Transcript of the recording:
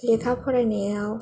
लेखा फरायनायव